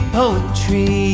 poetry